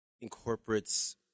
incorporates